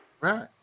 Right